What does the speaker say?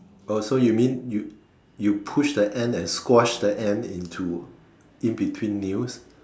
oh so you mean you you push the ant and squash the ant into in between nails